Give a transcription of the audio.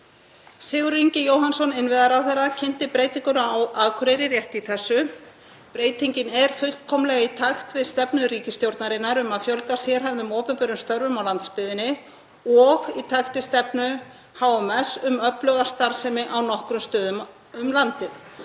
Sigurður Ingi Jóhannsson innviðaráðherra kynnti breytinguna á Akureyri rétt í þessu. Breytingin er fullkomlega í takt við stefnu ríkisstjórnarinnar um að fjölga sérhæfðum opinberum störfum á landsbyggðinni og í takt við stefnu HMS um öfluga starfsemi á nokkrum stöðum um landið.